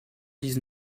dix